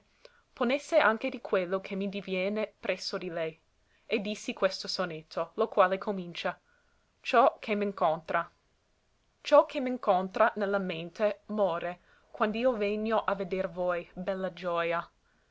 ponesse anche di quello che mi diviene presso di lei e dissi questo sonetto lo quale comincia ciò che m'incontra ciò che m'incontra ne la mente more quand'i vegno a veder voi bella gioia